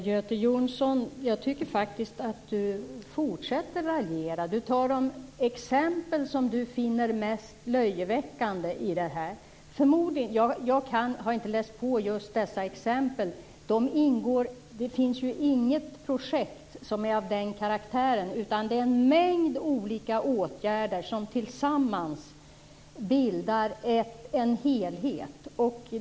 Fru talman! Jag tycker faktiskt att Göte Jonsson fortsätter att raljera. Han tar fram de exempel han finner mest löjeväckande. Jag har inte läst på om just dessa exempel. Det finns inget projekt av den karaktären. Det är fråga om en mängd åtgärder som tillsammans bildar en helhet.